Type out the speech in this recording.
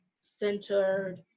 centered